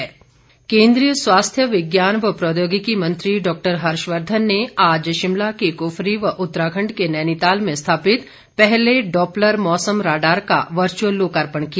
मुख्यमंत्री केन्द्रीय स्वास्थ्य विज्ञान व प्रोद्यौगिकी मंत्री डॉक्टर हर्षवर्धन ने आज शिमला के कुफरी व उत्तराखंड के नैनीताल में स्थापित पहले डॉप्लर मौसम राडार का वर्चुअल लोकार्पण किया